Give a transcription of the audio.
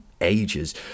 ages